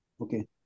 okay